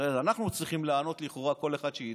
הרי אנחנו צריכים לענות לכאורה, כל אחד שהצביע: